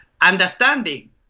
understanding